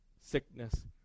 sickness